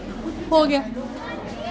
हो गेआ